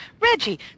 Reggie